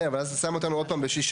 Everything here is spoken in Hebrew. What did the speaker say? כן, אבל אז זה שם אותנו עוד פעם בשישה.